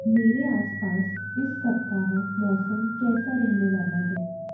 मेरे आसपास इस सप्ताह मौसम कैसा रहने वाला है